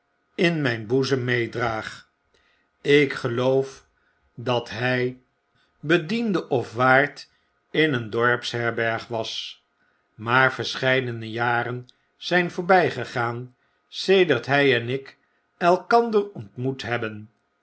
n mp boezem meedraag ik geloof dat hy bediende of waard in een dorpsherberg was maar verscheidene jaren zp voorbij gegaan sedert hij en ik elkander ontmoet hebben